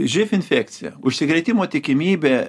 živ infekcija užsikrėtimo tikimybė